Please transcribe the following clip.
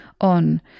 on